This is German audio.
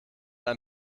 ein